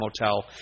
Motel